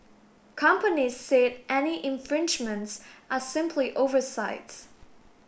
companies say any infringements are simply oversights